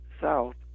south